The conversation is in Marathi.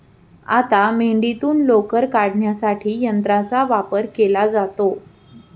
आता मेंढीतून लोकर काढण्यासाठी यंत्राचा वापर केला जातो